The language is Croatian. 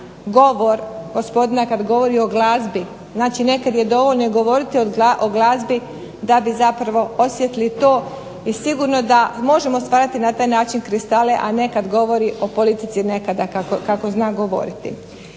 govor gospodina kad govori o glazbi, znači nekad je dovoljno i govoriti o glazbi da bi zapravo osjetili to i sigurno da možemo stvarati na taj način kristale, a ne kad govori o politici nekada kako zna govoriti.